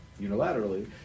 unilaterally